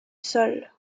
sol